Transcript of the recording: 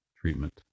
treatment